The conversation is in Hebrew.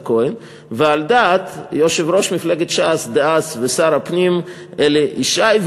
כהן ועל דעת יושב-ראש מפלגת ש"ס דאז ושר הפנים אלי ישי.